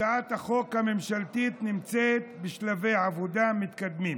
הצעת החוק הממשלתית נמצאת בשלבי עבודה מתקדמים.